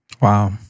Wow